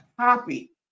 copy